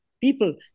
people